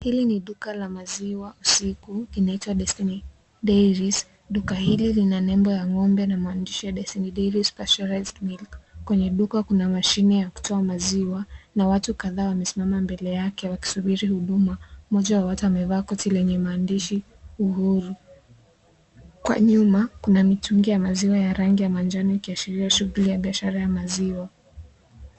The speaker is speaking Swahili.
Hili ni duka la maziwa usiku linaitwa Destiny Dairies, duka hili lina nembo ya ng'ombe na maandishi Destiny Dairies pasturized milk , kwenye duka kuna mashini ya kutoa maziwa na watu kadhaa wamesimama mbele yake wakisubiri huduma, mmoja wa watu amevaa koti lenye maandishi uhuru, kwa nyuma kuna mitungi ya maziwa ya rangi ya manjano ikiashiria shughuli ya biashara ya maziwa.